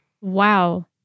Wow